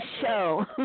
show